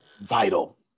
vital